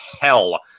hell